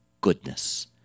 goodness